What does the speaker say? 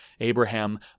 Abraham